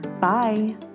Bye